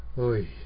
Oi